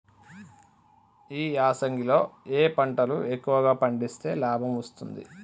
ఈ యాసంగి లో ఏ పంటలు ఎక్కువగా పండిస్తే లాభం వస్తుంది?